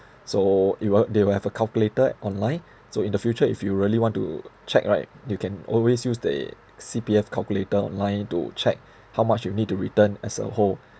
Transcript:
so you want they will have a calculator online so in the future if you really want to check right you can always use the C_P_F calculator online to check how much you need to return as a whole